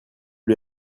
lui